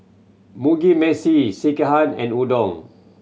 Mugi Meshi Sekihan and Udon